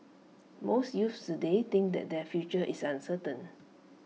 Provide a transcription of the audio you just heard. most youths today think that their future is uncertain